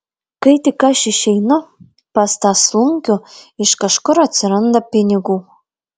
kai tik aš išeinu pas tą slunkių iš kažkur atsiranda pinigų